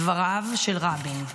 דבריו של רבין.